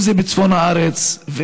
אם זה בצפון הארץ,